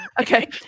Okay